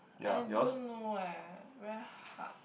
I don't know eh very hard